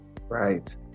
Right